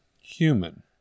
Human